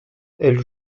elle